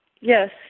Yes